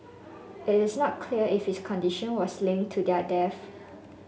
it is not clear if his condition was linked to their deaths